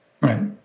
Right